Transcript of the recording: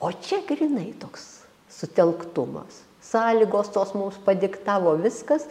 o čia grynai toks sutelktumas sąlygos tos mums padiktavo viskas